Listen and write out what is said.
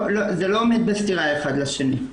זה לא עומד בסתירה אחד לשני.